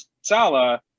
sala